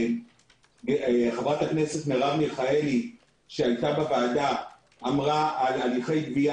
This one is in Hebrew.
חברת הכנסת מרב מיכאלי שהיתה בוועדה אמרה: הליכי גבייה